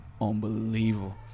unbelievable